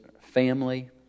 family